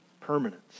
Permanence